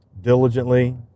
diligently